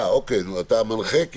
אה, אתה המנחה?